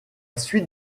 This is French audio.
suite